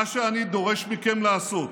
מה שאני דורש מכם לעשות